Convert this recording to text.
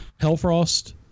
Hellfrost